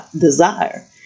desire